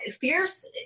Fierce